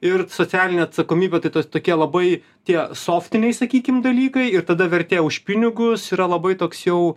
ir socialinė atsakomybė tai ta tokia labai tie softiniai sakykime dalykai ir tada vertė už pinigus yra labai toks jau